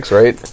right